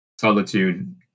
solitude